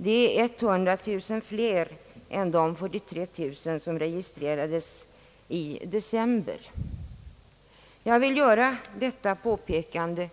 Det är 100 000 fler än de 43 000 som registrerades i december. Jag vill göra detta påpekande,